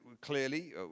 Clearly